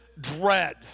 dread